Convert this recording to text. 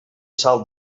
salt